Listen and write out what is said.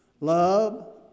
love